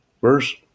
Verse